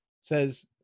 says